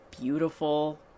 beautiful